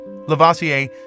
Lavoisier